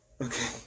Okay